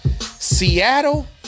Seattle